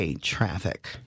traffic